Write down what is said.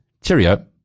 cheerio